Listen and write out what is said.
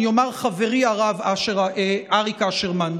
אני אומר: חברי הרב אריק אשרמן,